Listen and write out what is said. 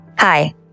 Hi